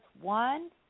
one